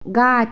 গাছ